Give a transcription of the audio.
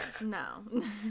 No